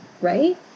right